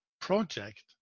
project